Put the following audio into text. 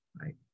Right